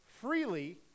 freely